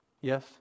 Yes